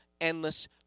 endless